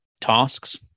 tasks